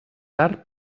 tard